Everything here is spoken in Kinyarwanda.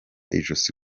ijosi